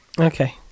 okay